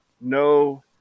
no